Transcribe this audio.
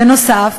בנוסף,